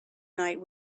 night